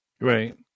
Right